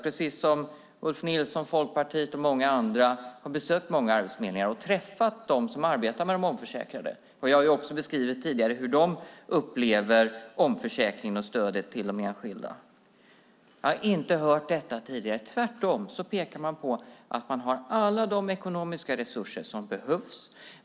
Precis som Folkpartiets Ulf Nilsson och många andra har jag besökt arbetsförmedlingar och träffat dem som arbetar med de omförsäkrade. Jag har tidigare beskrivit hur de upplever omförsäkringen och stödet till de enskilda. Jag har inte hört det som Veronica Palm säger. Tvärtom pekar de på att de har alla de ekonomiska resurser som behövs.